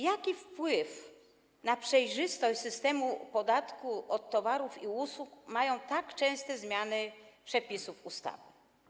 Jaki wpływ na przejrzystość systemu dotyczącego podatku od towarów i usług mają tak częste zmiany przepisów ustawy?